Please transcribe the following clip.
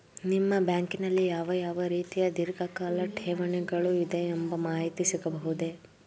ನಿಮ್ಮ ಬ್ಯಾಂಕಿನಲ್ಲಿ ಯಾವ ಯಾವ ರೀತಿಯ ಧೀರ್ಘಕಾಲ ಠೇವಣಿಗಳು ಇದೆ ಎಂಬ ಮಾಹಿತಿ ಸಿಗಬಹುದೇ?